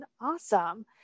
awesome